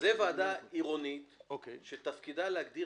זו ועדה עירונית שתפקידה להגדיר